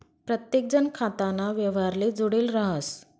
प्रत्येकजण खाताना व्यवहारले जुडेल राहस